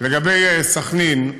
לגבי סח'נין,